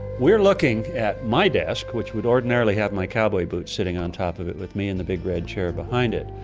we're looking at my desk, which would ordinarily have my cowboy boots sitting on top of it with me in the big red chair behind it,